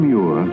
Muir